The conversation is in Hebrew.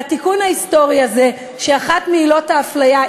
והתיקון ההיסטורי הוא של אחת מעילות ההפליה,